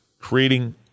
creating